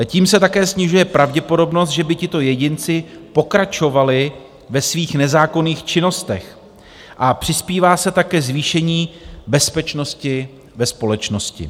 Tím se také snižuje pravděpodobnost, že by tito jedinci pokračovali ve svých nezákonných činnostech, a přispívá se tak ke zvýšení bezpečnosti ve společnosti.